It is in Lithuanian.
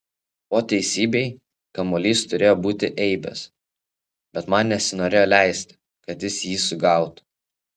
po teisybei kamuolys turėjo būti eibės bet man nesinorėjo leisti kad jis jį sugautų